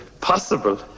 possible